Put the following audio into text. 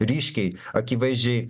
ryškiai akivaizdžiai